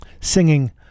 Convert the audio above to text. singing